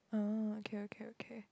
ah okay okay okay